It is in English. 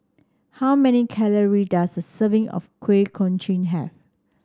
how many calorie does a serving of Kuih Kochi have